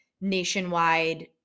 nationwide